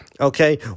okay